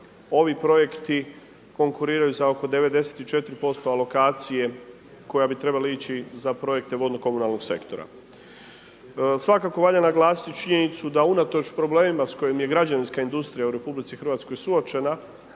ovi projekti, konkuriraju za oko 96% alokacije koja bi trebala ići za projekte vodno komunalnog sektora. Svakako valja naglasiti činjenicu da unatoč problemima s kojim je građanska industrija u RH suočena,